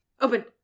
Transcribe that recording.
Open